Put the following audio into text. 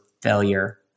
failure